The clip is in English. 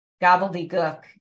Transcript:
gobbledygook